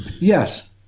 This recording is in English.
Yes